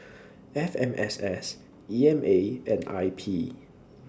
F M S S E M A and I P